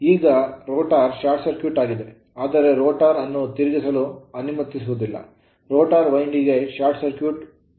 ಈಗ rotor rotor short circuit ಆಗಿದೆ ಆದರೆ rotor ರೋಟರ್ ಅನ್ನು ತಿರುಗಲು ಅನುಮತಿಸುವುದಿಲ್ಲ ರೋಟರ್ ವೈಂಡಿಂಗ್ ಶಾರ್ಟ್ ಸರ್ಕ್ಯೂಟ್ ಮಾಡಿ